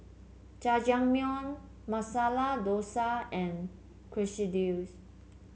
Jajangmyeon Masala Dosa and Quesadillas